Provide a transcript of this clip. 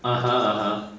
(uh huh) (uh huh)